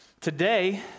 Today